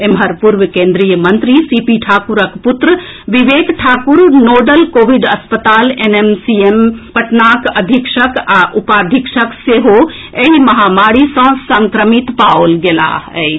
एम्हर पूर्व केन्द्रीय मंत्री सीपी ठाकुरक पुत्र विवेक ठाकुर नोडल कोविड अस्पताल एनएमसीएम पटनाक अधीक्षक आ उपाधीक्षक सेहो एहि महामारी सँ संक्रमित पाओल गेलाह अछि